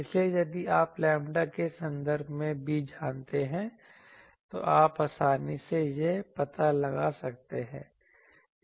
इसलिए यदि आप लैम्ब्डा के संदर्भ में b जानते हैं तो आप आसानी से यह पता लगा सकते हैं